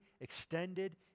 extended